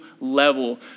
level